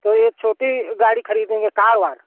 तो यह छोटी गाड़ ख़रीदेंगे कार वाला